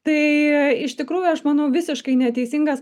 tai iš tikrųjų aš manau visiškai neteisingas